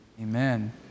amen